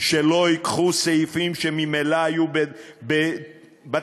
שלא ייקחו סעיפים שממילא היו בתקציבים,